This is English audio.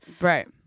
Right